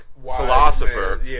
philosopher